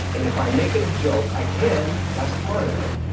and if i make it a joke, i can, that's part of it,